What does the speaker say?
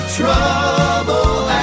trouble